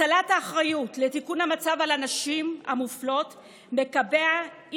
הטלת האחריות לתיקון המצב על הנשים המופלות מקבעת